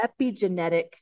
epigenetic